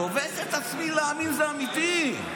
אני צובט את עצמי להאמין שזה אמיתי.